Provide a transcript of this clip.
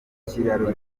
kiraro